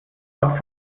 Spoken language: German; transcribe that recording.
ort